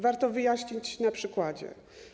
Warto wyjaśnić to na przykładzie.